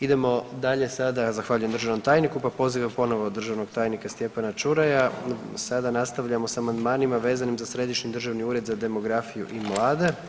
Idemo dalje sada, zahvaljujem državnom tajniku, pa pozivam ponovo državnog tajnika Stjepana Čuraja, sada nastavljamo s amandmanima vezanim za Središnji državni ured za demografiju i mlade.